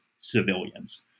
civilians